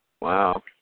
Wow